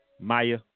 Maya